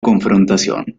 confrontación